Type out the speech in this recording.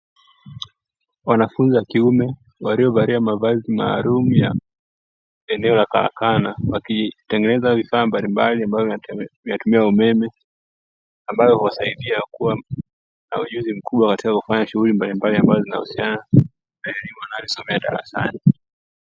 Wanafunzi wa kiume waliovalia mavazi maalumu ya eneo la karakana, wakitengeneza vifaa mbalimbali ambavyo vinatumia umeme, ambayo huwasaidia kuwa na ujuzi mkubwa katika kufanya shughuli mbalimbali, ambazo zinzhusiana na eleimu aliyesomea darasani.